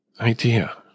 idea